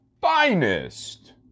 finest